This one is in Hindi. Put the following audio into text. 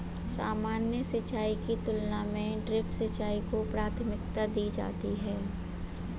सामान्य सिंचाई की तुलना में ड्रिप सिंचाई को प्राथमिकता दी जाती है